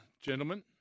gentlemen